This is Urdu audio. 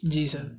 جی سر